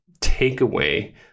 takeaway